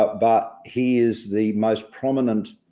but but he is the most prominent